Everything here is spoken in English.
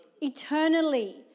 eternally